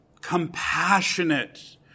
compassionate